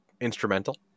instrumental